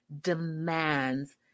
demands